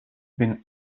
been